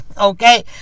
okay